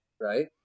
right